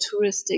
touristic